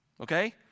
Okay